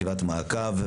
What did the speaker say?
ישיבת מעקב.